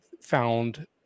found